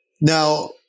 now